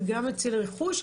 גם מציל רכוש,